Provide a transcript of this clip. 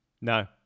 No